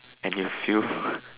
and you feel